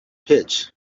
pitch